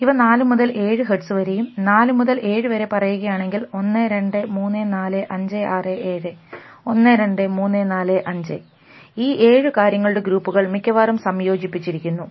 ഇവ 4 മുതൽ 7 ഹെർട്സ് വരെയും 4 മുതൽ 7 വരെ പറയുകയാണെങ്കിൽ 123456712345 ഈ 7 കാര്യങ്ങളുടെ ഗ്രൂപ്പുകൾ മിക്കവാറും സംയോജിപ്പിച്ചിരിക്കുന്നു